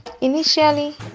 Initially